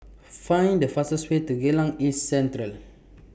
Find The fastest Way to Geylang East Central